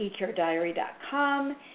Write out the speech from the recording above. eCareDiary.com